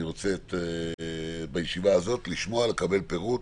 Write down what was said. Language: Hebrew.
אני רוצה בישיבה הזאת לשמוע, לקבל פירוט.